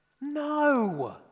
No